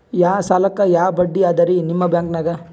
ಯಾ ಸಾಲಕ್ಕ ಯಾ ಬಡ್ಡಿ ಅದರಿ ನಿಮ್ಮ ಬ್ಯಾಂಕನಾಗ?